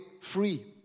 free